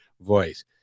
voice